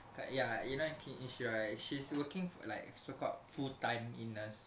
kak ya you know inshira right she's working like so called full time in nurse